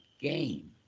game